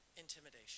intimidation